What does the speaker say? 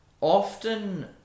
often